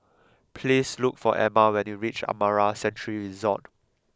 please look for Emma when you reach Amara Sanctuary Resort